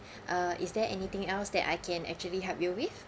uh is there anything else that I can actually help you with